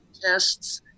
tests